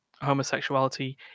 homosexuality